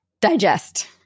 digest